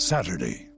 Saturday